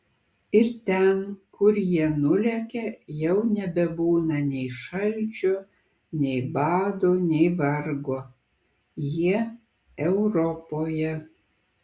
ir ten kur jie nulekia jau nebebūna nei šalčio nei bado nei vargo jie europoje